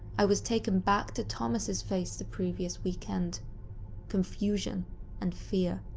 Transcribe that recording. i was taken back to thomas' face the previous weekend confusion and fear.